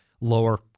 lower